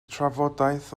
trafodaeth